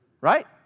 right